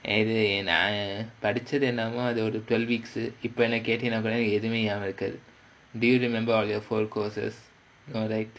இது நான் படிச்சது:idhu naan padichathu twelve weeks இப்போ எனக்கு எதுவுமே ஞாபகம் இருக்காது:ippo enakku edhuvumae nyabagam irukkaathu do you remember all your four courses no right